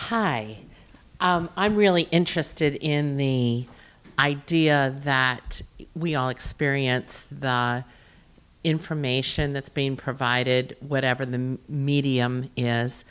really interested in the idea that we all experience the information that's being provided whatever the medium is